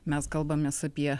mes kalbamės apie